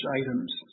items